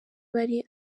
bari